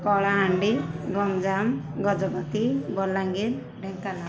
Kalahandi Ganjam Gajapati Balangir Dhenkanal